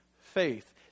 faith